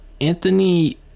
Anthony